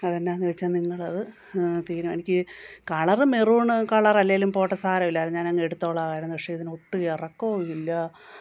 അതെന്നായെന്നു ചോദിച്ചാൽ നിങ്ങളത് തീരുമാനിക്ക് കളർ മെറൂൺ കളർ അല്ലെങ്കിലും പോട്ട് സാരമില്ല അതു ഞാനങ്ങ് എടുത്തോളാമായിരുന്നു പക്ഷേ ഇതിന് ഒട്ടു ഇറക്കവും ഇല്ല